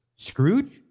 Scrooge